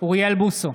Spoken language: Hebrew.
אוריאל בוסו,